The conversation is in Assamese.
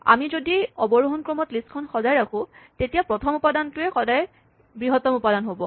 আমি যদি অৱৰোহন ক্ৰমত লিষ্টখন সজাই ৰাখো তেতিয়া প্ৰথম উপাদানটোৱেই সদায় বৃহত্তম উপাদান হ'ব